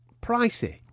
Pricey